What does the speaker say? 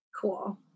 Cool